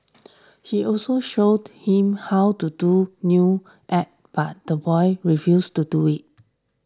he also showed him how to do new act but the boy refused to do it